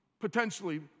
potentially